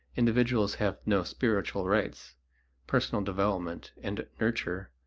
individuals have no spiritual rights personal development, and nurture,